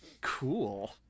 Cool